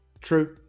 True